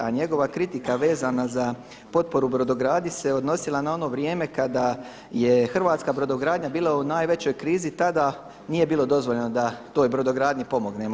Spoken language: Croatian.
A njegova kritika vezana za potporu brodogradnji se odnosila na ono vrijeme kada je hrvatska brodogradnja bila u najvećoj krizi, tada nije bilo dozvoljeno da toj brodogradnji pomognemo.